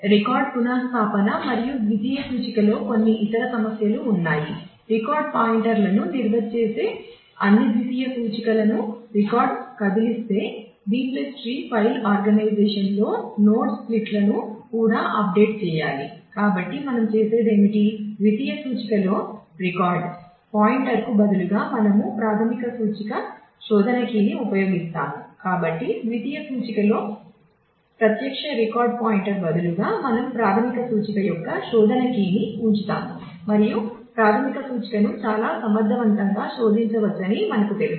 record పునః స్థాపన మరియు ద్వితీయ సూచికలో కొన్ని ఇతర సమస్యలు ఉన్నాయి రికార్డ్ ని ఉంచుతాము మరియు ప్రాధమిక సూచికను చాలా సమర్థవంతంగా శోధించవచ్చని మనకు తెలుసు